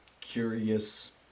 curious